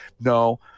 No